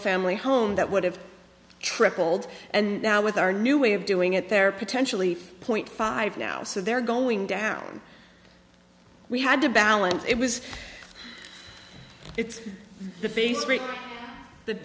family home that would have tripled and now with our new way of doing it there potentially point five now so they're going down we had to balance it was it's the